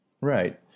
Right